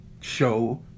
Show